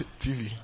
TV